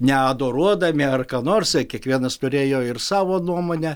ne adoruodami ar ką nors kiekvienas turėjo ir savo nuomonę